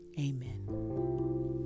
Amen